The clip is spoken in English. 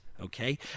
okay